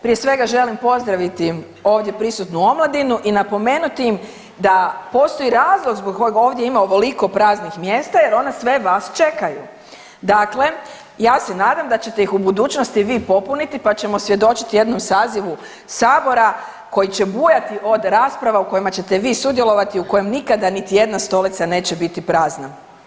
Prije svega želim pozdraviti ovdje prisutnu omladinu i napomenuti im da postoji razlog zbog kojeg ovdje ima ovoliko praznih mjesta jer one sve vas čekaju, dakle ja se nadam da ćete ih u budućnosti vi popuniti pa ćemo svjedočiti jednom sazivu sabora koji će bujati od rasprava u kojima ćete vi sudjelovati u kojem nikada niti jedna stolica neće biti prazna.